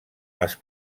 les